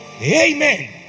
Amen